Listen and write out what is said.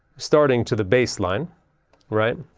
starting to the baseline right?